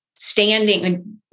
Standing